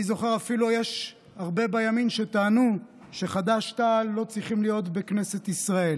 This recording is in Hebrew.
אפילו יש הרבה בימין שטענו שחד"ש-תע"ל לא צריכים להיות בכנסת ישראל,